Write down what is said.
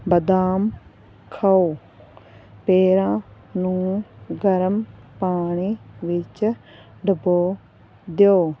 ਬਦਾਮ ਖਾਓ ਪੈਰਾਂ ਨੂੰ ਗਰਮ ਪਾਣੀ ਵਿੱਚ ਡਬੋ ਦਿਓ